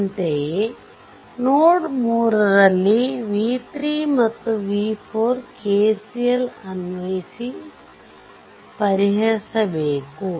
ಅಂತೆಯೇ ನೋಡ್ 3 ರಲ್ಲಿ v3 ಮತ್ತು v4 KCL ಅನ್ವಯಿಸಿ ಪರಿಹರಿಸಬೇಕು